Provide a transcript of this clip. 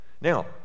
Now